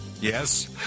yes